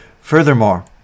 Furthermore